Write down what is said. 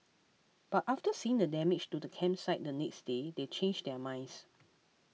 but after seeing the damage to the campsite the next day they changed their minds